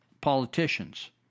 politicians